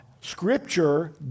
Scripture